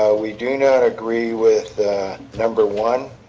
ah we do not agree with number one